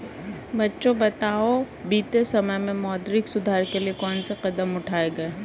बच्चों बताओ बीते समय में मौद्रिक सुधार के लिए कौन से कदम उठाऐ गए है?